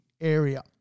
area